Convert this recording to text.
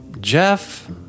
Jeff